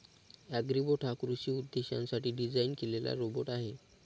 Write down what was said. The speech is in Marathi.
अॅग्रीबोट हा कृषी उद्देशांसाठी डिझाइन केलेला रोबोट आहे